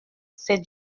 c’est